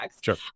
Sure